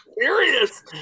serious